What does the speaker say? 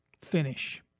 finish